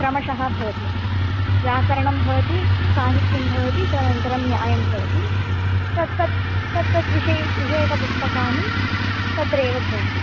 क्रमशः भवन्ति व्याकरणं भवति साहित्यं भवति तदनन्तरं न्यायं भवति तत्तत् तत्तद् विषये विषयकं पुस्तकानि तत्र एव भवन्ति